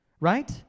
right